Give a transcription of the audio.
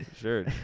sure